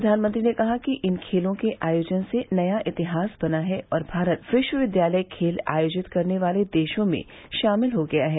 प्रधानमंत्री ने कहा कि इन खेलों के आयोजन से नया इतिहास बना है और भारत विश्वविद्यालय खेल आयोजित करने वाले देशों में शामिल हो गया है